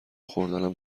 خوردنم